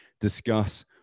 discuss